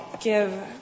give